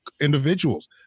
individuals